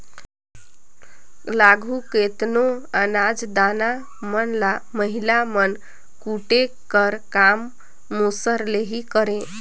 आघु केतनो अनाज दाना मन ल महिला मन कूटे कर काम मूसर ले ही करें